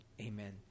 Amen